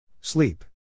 Sleep